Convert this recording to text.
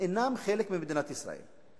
אינם חלק ממדינת ישראל.